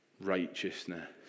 righteousness